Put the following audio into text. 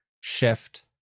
SHIFT